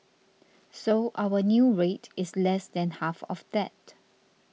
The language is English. so our new rate is less than half of that